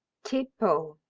tippo.